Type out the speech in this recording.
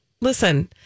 Listen